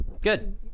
Good